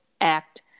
act